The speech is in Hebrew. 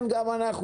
גם אנחנו,